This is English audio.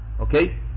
Okay